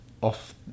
off